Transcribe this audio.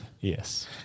Yes